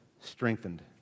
strengthened